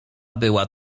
była